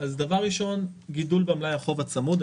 דבר ראשון, גידול במלאי החוב הצמוד.